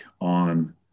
on